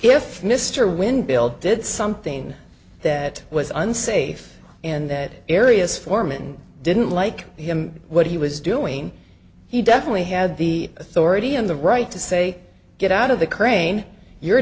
if mr wynn bill did something that was unsafe in that area as foreman didn't like him what he was doing he definitely had the authority and the right to say get out of the crane you're